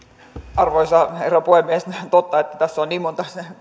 arvoisa herra puhemies on totta että tässä kuntatalouteen liittyen on niin monta